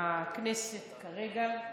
הכנסת כרגע.